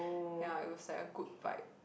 ya it was like a good vibe